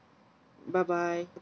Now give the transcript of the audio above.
bye bye